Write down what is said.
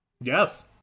Yes